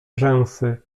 rzęsy